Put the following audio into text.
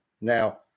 Now